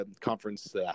conference